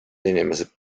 inimesed